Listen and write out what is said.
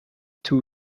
two